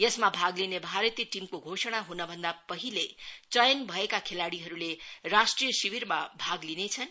यसमा भाग लिने भारतीय टीमको घोषणा हुनभन्दा पहिले चयन भएका खेलाडीहरूले राष्ट्रिय शिविरमा मात्र लिनेछन्